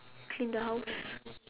clean the house